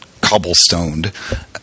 cobblestoned